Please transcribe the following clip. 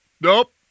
Nope